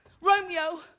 Romeo